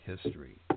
history